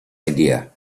idea